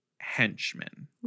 Henchmen